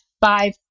five